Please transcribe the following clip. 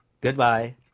goodbye